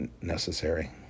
necessary